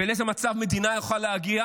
ולאיזה מצב מדינה יכולה להגיע